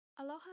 Aloha